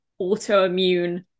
autoimmune